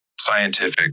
scientific